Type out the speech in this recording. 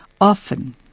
Often